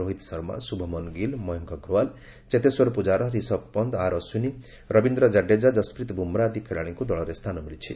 Rohit Sharma Shubman Gill Mayank Agarwal Cheteshwar Pujara Rishabh Pant R Ashwin Ravindra Jadeja Jasprit Bumrah ଆଦି ଖେଳାଳିଙ୍କୁ ଦଳରେ ସ୍ଥାନ ମିଳିଛି